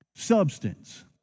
substance